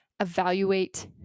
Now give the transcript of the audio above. evaluate